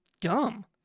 dumb